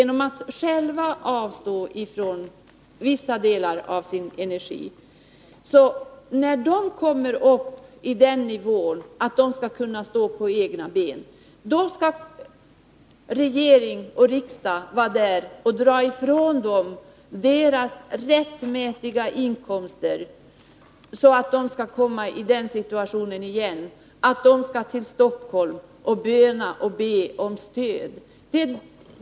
När kommunen nu når den nivån att den kan stå på egna ben, skall regering och riksdag ta ifrån kommunen dess rättmätiga inkomster, så att kommunen åter 48 hamnar i den situationen att man måste till Stockholm och böna och be om stöd. Detta finner vi mycket anmärkningsvärt.